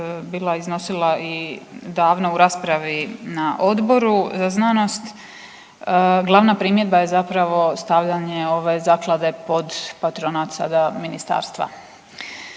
bila iznosila i davno u raspravi na odboru znanost, glavna primjedba je zapravo stavljanje ove zaklade pod patronat sada ministarstva.